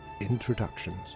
Introductions